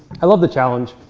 i love the challenge.